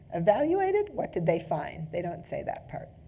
evaluated? what did they find? they don't say that part.